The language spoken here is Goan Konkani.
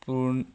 पूर्ण